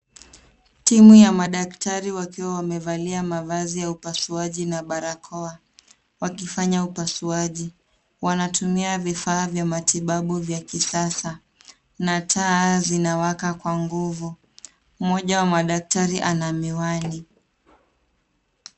Timu ya madaktari wakiwa wamevalia mavazi ya upasuaji, na barakoa, wakifanya upasuaji, wanatumia vifaa vya matibabu vya kisasa, na taa zinawaka kwa nguvu. Mmoja wa madaktari ana miwani.